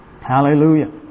Hallelujah